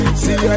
see